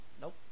Nope